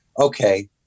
okay